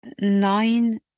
nine